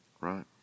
Right